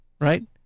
right